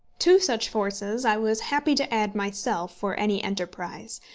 to such forces i was happy to add myself for any enterprise,